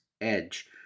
Edge